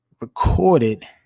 recorded